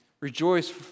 rejoice